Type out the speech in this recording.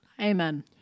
Amen